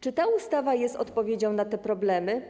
Czy ta ustawa jest odpowiedzią na te problemy?